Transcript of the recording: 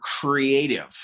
creative